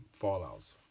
fallouts